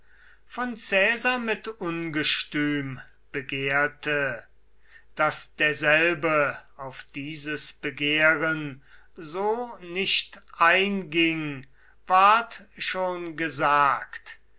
von caesar mit ungestüm begehrte daß derselbe auf dieses begehren so nicht einging ward schon gesagt